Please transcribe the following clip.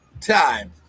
time